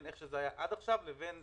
עד עכשיו איך זה עבד,